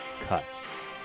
Cuts